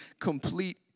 complete